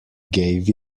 gave